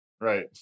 Right